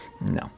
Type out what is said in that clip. no